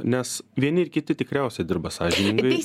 nes vieni ir kiti tikriausiai dirba sąžiningai